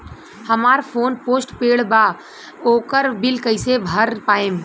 हमार phone postpaid बा ओकर बिल कईसे भर पाएम?